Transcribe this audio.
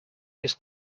his